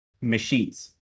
machines